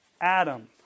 Adam